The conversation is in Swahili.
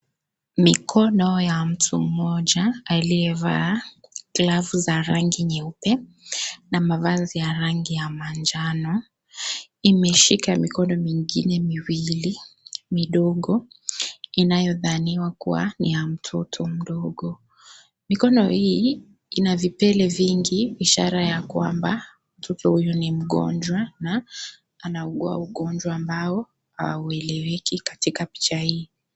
Mikono ya mtu mmoja aliyevaa glavu za rangi nyeupe, na mavazi ya rangi ya manjano imeshika mikono mingine miwili midogo inayodhaniwa kubwa ni ya mtoto mdogo. Mikono hii Ina vipele vingi, ishara yakwamba mtoto huyu ni mgonjwa na anaugua ugonjwa ambao haueleweki katika picha hizi.